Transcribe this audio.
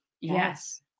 yes